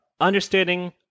understanding